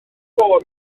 ffôn